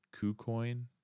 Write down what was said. KuCoin